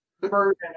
version